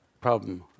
problem